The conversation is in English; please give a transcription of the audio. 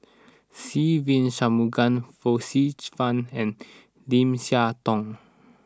Se Ve Shanmugam Joyce Fan and Lim Siah Tong